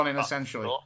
essentially